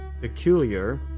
peculiar